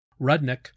Rudnick